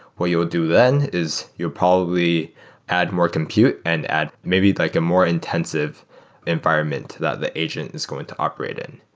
what you would do then is you'll probably add more compute and add maybe like a more intensive environment that the agent is going to operate in.